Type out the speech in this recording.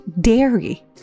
dairy